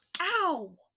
Ow